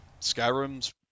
Skyrim's